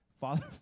Father